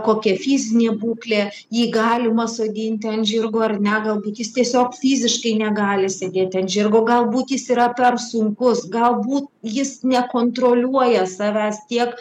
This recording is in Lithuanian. kokia fizinė būklė jį galima sodinti ant žirgo ar ne galbūt jis tiesiog fiziškai negali sedėti ant žirgo galbūt jis yra per sunkus galbūt jis nekontroliuoja savęs tiek